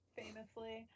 famously